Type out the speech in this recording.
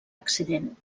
accident